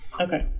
Okay